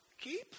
keep